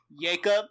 Jacob